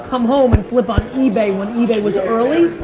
come home, and flip on ebay, when ebay was early,